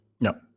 No